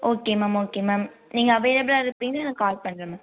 okay ma'am okay ma'am நீங்கள் அவைலபிளாக இருப்பீங்கனால் நான் கால் பண்ணுறேன் மேம்